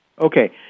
Okay